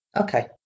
Okay